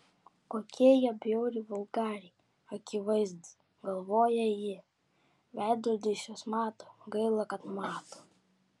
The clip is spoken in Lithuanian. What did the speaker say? kokie jie bjauriai vulgariai akivaizdūs galvoja ji veidrodis juos mato gaila kad mato